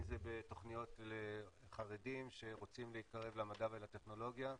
אם זה בתוכניות לחרדים שרוצים להתקרב למדע ולטכנולוגיה,